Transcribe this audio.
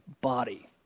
body